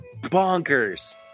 bonkers